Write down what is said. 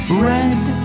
Red